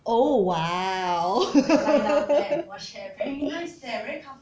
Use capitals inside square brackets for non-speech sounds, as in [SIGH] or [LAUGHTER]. oh !wow! [LAUGHS]